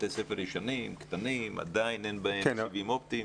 יש להם בתי ספר ישנים וקטנים ועדיין אין בהם סיבים אופטיים.